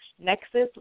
nexus